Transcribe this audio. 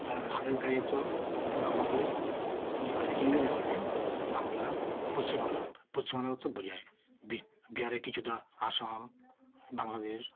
হ্যাঁ আগেকার তো আমাদের ইংরেজ আমলে বাংলা পশ্চিম বাংলা পশ্চিম বাংলা তো বোঝায় বি বিহারের কিছুটা আসাম বাংলাদেশ